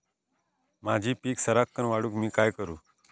माझी पीक सराक्कन वाढूक मी काय करू?